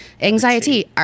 Anxiety